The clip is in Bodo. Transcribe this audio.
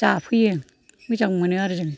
जाफैयो मोजां मोनो आरो जों